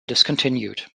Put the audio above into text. discontinued